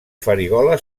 farigola